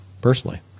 personally